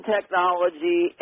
Technology